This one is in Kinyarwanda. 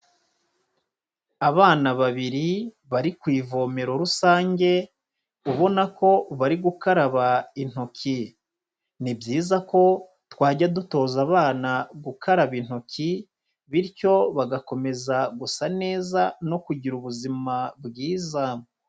Abana babiri bari ku ivomero rusange ubona ko bari gukaraba intoki, ni byiza ko twajya dutoza abana gukaraba intoki bityo bagakomeza gusa neza no kugira ubuzima bwiza.